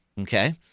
Okay